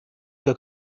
der